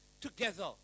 together